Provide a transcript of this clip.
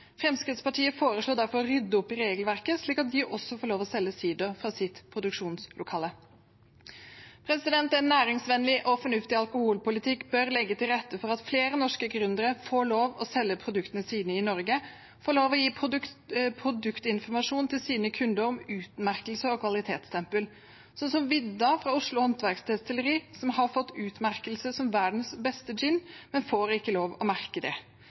Fremskrittspartiet foreslår derfor å rydde opp i regelverket slik at de også får lov til å selge sider fra sitt produksjonslokale. En næringsvennlig og fornuftig alkoholpolitikk bør legge til rette for at flere norske gründere får lov til å selge produktene sine i Norge, og får lov til å gi produktinformasjon til sine kunder om utmerkelser og kvalitetsstempel. Det gjelder f.eks. Vidda fra Oslo Håndverksdestilleri, som har fått utmerkelse som verdens beste gin, men ikke får lov til å merke det